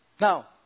Now